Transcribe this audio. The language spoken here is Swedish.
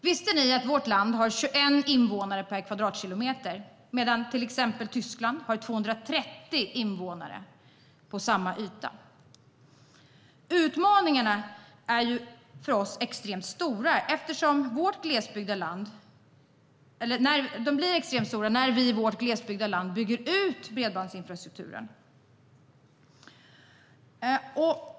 Visste ni att vårt land har 21 invånare per kvadratkilometer, medan till exempel Tyskland har 230 invånare på samma yta? Utmaningarna blir extremt stora för oss när vi i vårt glesbyggda land bygger ut bredbandsinfrastrukturen.